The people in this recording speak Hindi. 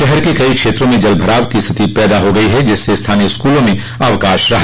शहर के कई क्षेत्रों में जल भराव की स्थिति पैदा हो गई जिससे स्थानीय स्कूलों में अवकाश रहा